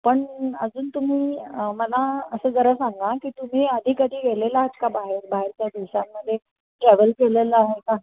पण अजून तुम्ही मला असं जरा सांगा की तुम्ही आधी कधी गेलेलात का बाहेर बाहेरच्या देशांमध्ये ट्रॅव्हल केलेलं आहे का